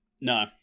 No